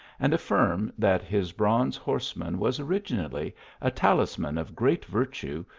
and affirm that his bronze horseman was originally a talisman of great virtue,